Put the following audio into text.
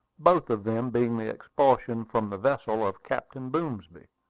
both of them being the expulsion from the vessel of captain boomsby.